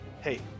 hey